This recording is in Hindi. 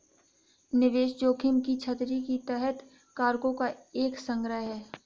निवेश जोखिम की छतरी के तहत कारकों का एक संग्रह है